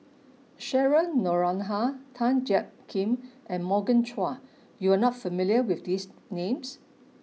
Cheryl Noronha Tan Jiak Kim and Morgan Chua you are not familiar with these names